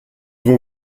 vont